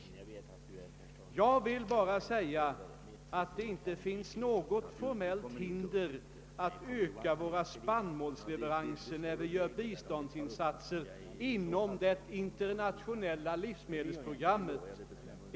Jag vill bara säga att det inte finns något formellt hinder att öka våra spannmålsleveranser när vi gör biståndsinsatser inom det internationella livsmedelsprogrammet.